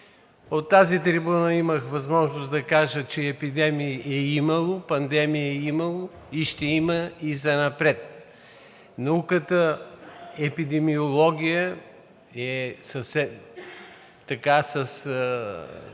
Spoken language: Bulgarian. От тази трибуна имах възможност да кажа, че епидемии е имало, пандемии е имало и ще има и занапред. Науката епидемиология е достигнала